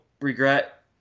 regret